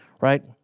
right